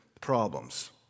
problems